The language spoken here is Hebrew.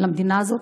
למדינה הזאת,